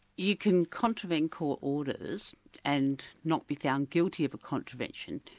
you can contravene court orders and not be found guilty of a contravention,